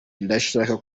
ndashaka